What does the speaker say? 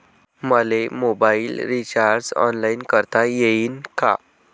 मले mobile recharge online करता येईन का?